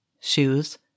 shoes